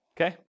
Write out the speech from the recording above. Okay